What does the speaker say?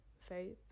faith